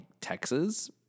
Texas